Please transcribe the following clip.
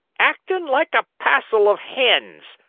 actin' like a passel of hens!